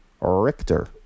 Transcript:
Richter